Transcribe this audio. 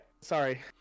sorry